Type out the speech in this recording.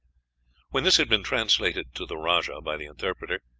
when this had been translated to the rajah by the interpreter,